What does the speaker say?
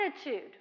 attitude